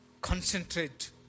concentrate